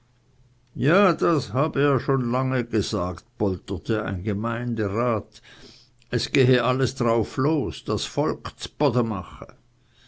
ja das habe er schon lange gesagt polterte ein gemeindrat es gehe alles drauf los das volk z'bode